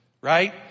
right